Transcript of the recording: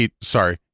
Sorry